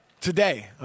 Today